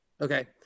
Okay